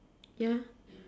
ya